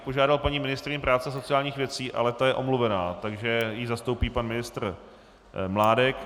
Požádal bych paní ministryni práce a sociálních věcí ale ta je omluvena, takže ji zastoupí pan ministr Mládek.